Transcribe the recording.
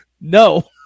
No